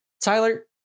Tyler